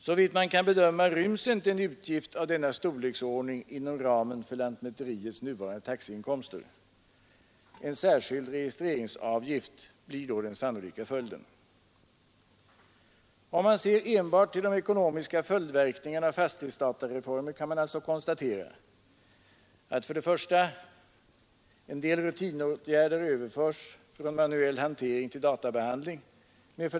Såvitt man kan bedöma ryms inte en utgift av denna storleksordning inom ramen för lantmäteriets nuvarande taxeinkomster. En särskild registreringsavgift blir då den sannolika följden. Om man ser enbart till de ekonomiska följdverkningarna av fastighetsdatareformen kan man alltså konstatera: 1) En del rutinåtgärder överföres från manuell hantering till databehandling.